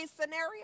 scenario